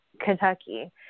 Kentucky